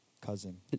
cousin